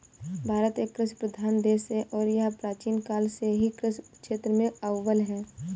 भारत एक कृषि प्रधान देश है और यह प्राचीन काल से ही कृषि क्षेत्र में अव्वल है